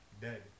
Dead